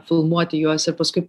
filmuoti juos ir paskui